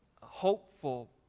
hopeful